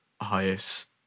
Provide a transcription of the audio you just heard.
highest